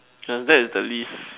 ya that is the least